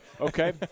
okay